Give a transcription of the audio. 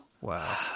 wow